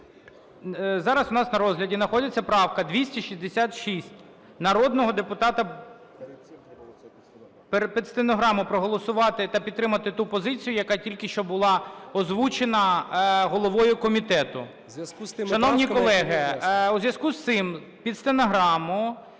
Зараз у нас на розгляді знаходиться правка 266 народного депутата… Під стенограму проголосувати та підтримати ту позицію, яка тільки що була озвучена головою комітету. Шановні колеги, в зв'язку з цим під стенограму